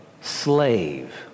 slave